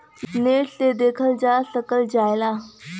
net से देखल जा सकल जाला